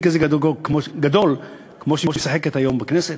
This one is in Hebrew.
כזה גדול כמו שהיא משחקת היום בכנסת,